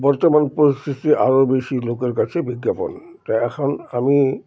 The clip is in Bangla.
বর্তমান পরিস্থিতি আরও বেশি লোকের কাছে বিজ্ঞাপন তাই এখন আমি